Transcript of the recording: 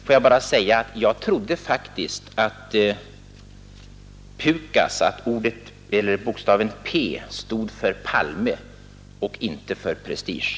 Får jag bara säga att jag faktiskt trodde att bokstaven P i PUKAS stod för Palme och inte för prestige!